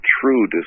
true